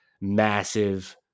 massive